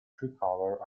tricolour